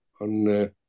on